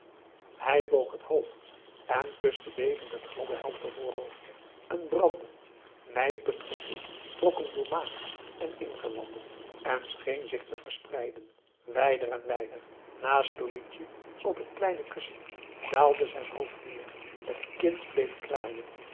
hij boog het hoofd en kuste bevend het gladde heldere voorhoofdje een brandend nijpend gevoel trok hem door maag en ingewanden en scheen zich te verspreiden wijder en wijder naast louitje op het kleine kussen daalde zijn hoofd neêr t kind bleef kraaien